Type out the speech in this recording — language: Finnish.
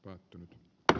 päättynyt dr